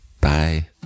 Bye